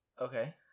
okay